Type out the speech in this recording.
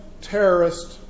terrorist